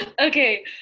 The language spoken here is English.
Okay